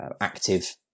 active